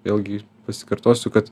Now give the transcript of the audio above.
vėlgi pasikartosiu kad